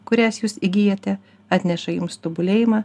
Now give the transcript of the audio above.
kurias jūs įgijote atneša jums tobulėjimą